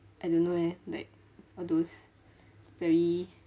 I don't know eh like all those very very